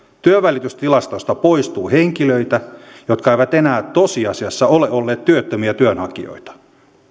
työnvälitystilastoista poistuu henkilöitä jotka eivät enää tosiasiassa ole olleet työttömiä työnhakijoita